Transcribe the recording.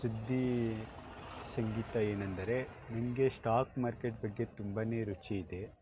ಸುದ್ದಿ ಸಂಗೀತ ಏನೆಂದರೆ ನನಗೆ ಸ್ಟಾಕ್ ಮಾರ್ಕೆಟ್ ಬಗ್ಗೆ ತುಂಬ ರುಚಿ ಇದೆ